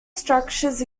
structures